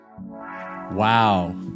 Wow